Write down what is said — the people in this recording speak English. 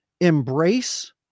embrace